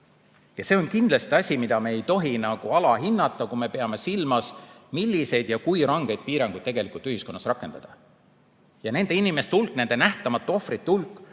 Ja see on kindlasti asi, mida me ei tohi alahinnata, kui me peame silmas, milliseid ja kui rangeid piiranguid tegelikult ühiskonnas rakendada. Nende inimeste hulk, nende nähtamatute ohvrite hulk